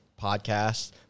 podcast